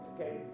Okay